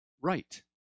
right